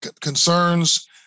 concerns